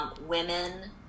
Women